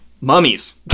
mummies